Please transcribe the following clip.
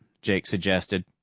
jake suggested.